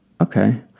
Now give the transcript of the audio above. Okay